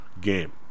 game